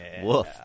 Woof